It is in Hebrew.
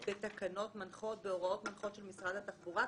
בתקנות מנחות ובהוראות מנחות של משרד התחבורה?